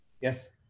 Yes